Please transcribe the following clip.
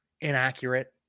inaccurate